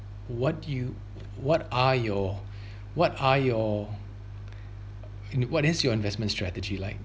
what do you what are your what are your uh what is your investment strategy like